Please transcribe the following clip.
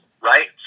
right